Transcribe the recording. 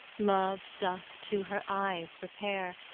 love doth to her eyes repair,